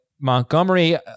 Montgomery